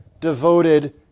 devoted